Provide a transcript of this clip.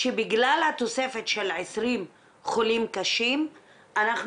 שבגלל התוספת של 20 חולים קשים אנחנו